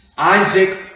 Isaac